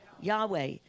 Yahweh